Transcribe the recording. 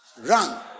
run